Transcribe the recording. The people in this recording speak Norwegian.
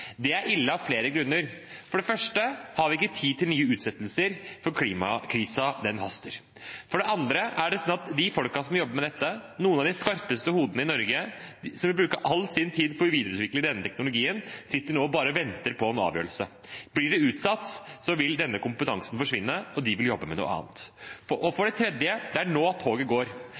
Det er ille av flere grunner. For det første har vi ikke tid til nye utsettelser, for klimakrisen haster. For det andre er det sånn at de folkene som jobber med dette – noen av de skarpeste hodene i Norge – som vil bruke all sin tid på å videreutvikle denne teknologien, sitter nå bare og venter på en avgjørelse. Blir det utsatt, vil denne kompetansen forsvinne, og de vil jobbe med noe annet. For det tredje: Det er nå toget går.